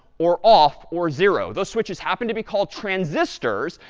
or off, or zero. those switches happen to be called transistors.